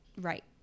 right